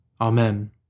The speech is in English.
Amen